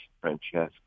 Francesca